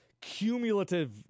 cumulative